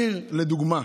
עיר לדוגמה.